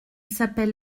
s’appelle